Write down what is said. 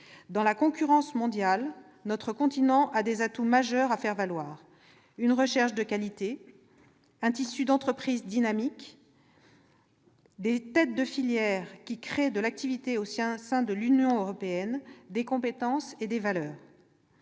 Dans la concurrence mondiale, notre continent a des atouts majeurs à faire valoir : une recherche de qualité, un tissu d'entreprises dynamiques, des têtes de filières qui créent de l'activité au sein de l'Union européenne, des compétences et des valeurs.